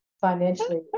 financially